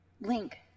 Link